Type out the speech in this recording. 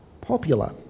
popular